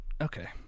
okay